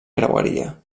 creueria